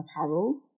Apparel